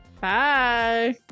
Bye